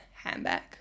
handbag